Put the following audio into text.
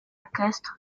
castres